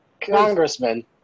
congressman